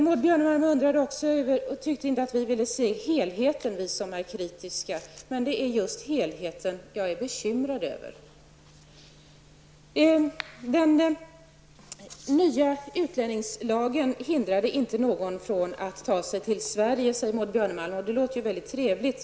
Maud Björnemalm tyckte att vi som är kritiska inte vill se helheten. Men det är just helheten som jag är bekymrad över. Den nya utlänningslagen hindrar inte någon från att ta sig till Sverige, säger Maud Björnemalm. Och det låter ju mycket trevligt.